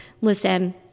listen